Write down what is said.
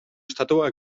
estàtua